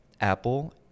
Apple